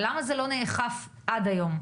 למה זה לא נאכף עד היום?